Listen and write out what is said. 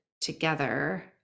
together